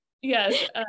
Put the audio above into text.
Yes